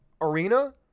arena